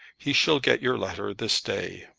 he shall get your letter this day.